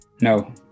No